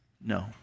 no